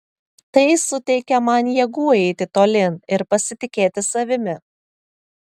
tai suteikia man jėgų eiti tolyn ir pasitikėti savimi